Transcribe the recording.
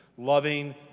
Loving